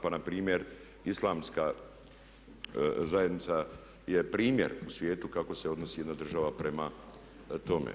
Pa npr. Islamska zajednica je primjer u svijetu kako se odnosi jedna država prema tome.